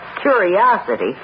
curiosity